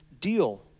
deal